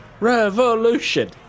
Revolution